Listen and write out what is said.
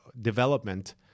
development